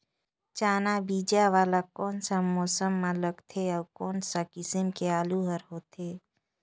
चाना बीजा वाला कोन सा मौसम म लगथे अउ कोन सा किसम के आलू हर होथे?